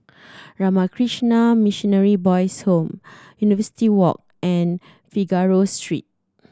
Ramakrishna Boys' Home University Walk and Figaro Street